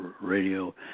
radio